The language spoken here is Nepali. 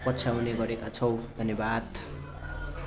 पछ्याउँने गरेका छौँ धन्यवाद